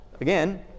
Again